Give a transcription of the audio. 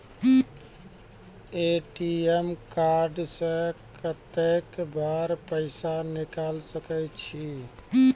ATM card से कत्तेक बेर पैसा निकाल सके छी?